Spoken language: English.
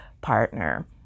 partner